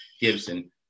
Gibson